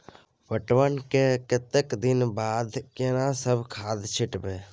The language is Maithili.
पटवन के कतेक दिन के बाद केना सब खाद छिटबै?